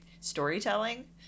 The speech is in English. storytelling